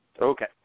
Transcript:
Okay